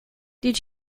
did